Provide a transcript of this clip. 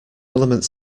element